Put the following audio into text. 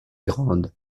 grande